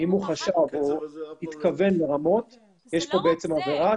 האם הוא חשב או התכוון לרמות, יש כאן בעצם עבירה.